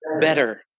better